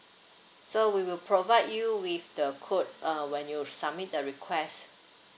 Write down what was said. so we will provide you with the code uh when you submit the request